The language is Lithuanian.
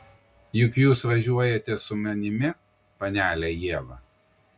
juk jūs važiuojate su manimi panele ieva